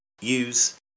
use